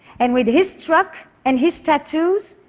and with his truck and his tattoos,